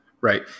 right